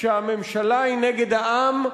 כשהממשלה היא נגד העם,